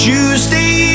Tuesday